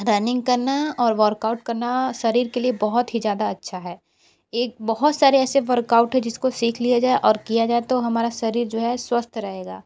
running करना और workout करना शरीर के लिए बहुत ही ज़्यादा अच्छा है एक बहुत सारे ऐसे वर्कआउट हैं जिसको सीख लिया जाए और किया जाए तो हमारा शरीर जो है स्वस्थ रहेगा